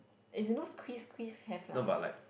as in those quiz quiz have lah